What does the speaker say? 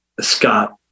Scott